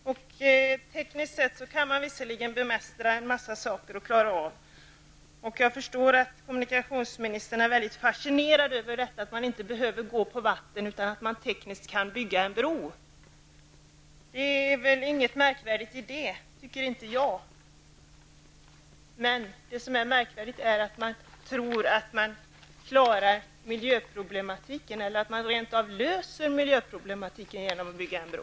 Tekniskt sett kan man visserligen bemästra och klara av en mängd saker. Jag förstår att kommunikationsministern är mycket fascinerad av detta att man inte behöver gå på vatten, utan att man tekniskt kan bygga en bro. Det är väl inget märkvärdigt i det. Det tycker inte jag. Det märkvärdiga är att man tror att man klarar miljöproblemen eller rent av löser dem genom att bygga en bro.